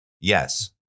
yes